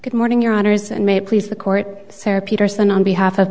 good morning your honor is and may please the court sara peterson on behalf of